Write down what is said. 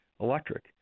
electric